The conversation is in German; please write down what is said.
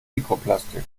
mikroplastik